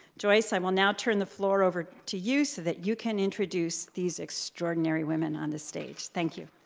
joyce, i will know turn the floor over to you so that you can introduce these extraordinary women on the stage. thank you.